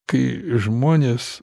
kai žmonės